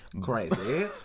Crazy